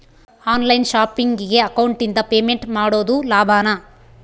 On line ಶಾಪಿಂಗಿಗೆ ಅಕೌಂಟಿಂದ payment ಮಾಡೋದು ಲಾಭಾನ?